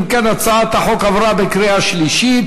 אם כן, הצעת החוק עברה בקריאה שלישית